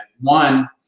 One